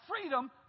freedom